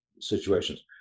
situations